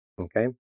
Okay